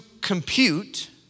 compute